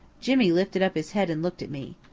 jimmy lifted up his head and looked at me.